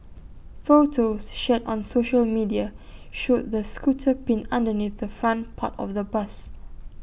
photos shared on social media showed the scooter pinned underneath the front part of the bus